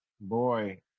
boy